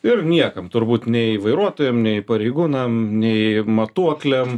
ir niekam turbūt nei vairuotojam nei pareigūnam nei matuokliam